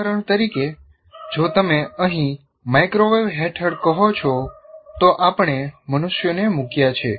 ઉદાહરણ તરીકે જો તમે અહીં માઇક્રોવેવ હેઠળ કહો છો તો આપણે મનુષ્યોને મૂક્યા છે